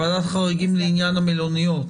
ועדת חריגים לעניין המלוניות.